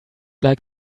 like